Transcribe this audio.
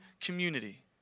community